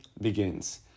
begins